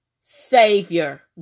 Savior